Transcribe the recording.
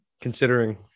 considering